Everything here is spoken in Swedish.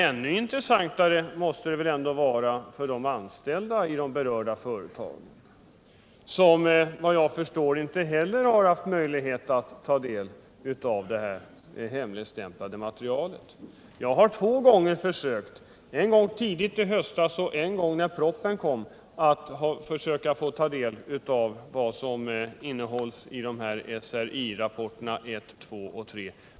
Ännu intressantare måste det emellertid vara för de anställda i de berörda företagen, som — vad jag förstår — inte heller har haft möjlighet att ta del av det hemligstämplade materialet. Jag har två gånger — en gång tidigt i höstas och en gång när propositionen lades fram — försökt att få del av innehållet i SRI-rapporterna 1, 2 och 3.